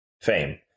fame